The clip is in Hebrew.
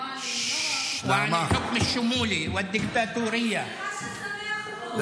דברים בשפה הערבית, להלן תרגומם:).